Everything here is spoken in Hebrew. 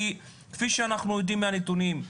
כפי שאנחנו יודעים מהנתונים,